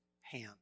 hand